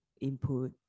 input